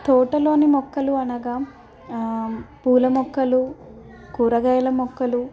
తోటలోని మొక్కలు అనగా పూల మొక్కలు కూరగాయల మొక్కలు